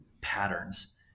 patterns